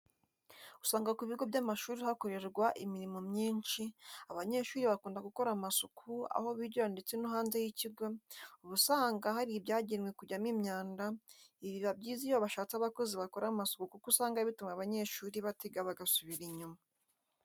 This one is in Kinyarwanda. Usanga ku bigo by'amashuri hakorerwa imirimo myinshi, abanyeshuri bakunda gukora amasuku aho bigira ndetse no hanze y'ikigo, uba usanga hari ibyagenewe kujyamo imyanda, ibi biba byiza iyo bashatse abakozi bakora amasuku kuko usanga bituma abanyeshuri batiga bagasubira inyuma.